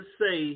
say